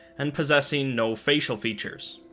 and possessing no facial features